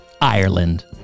Ireland